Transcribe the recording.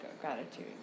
gratitude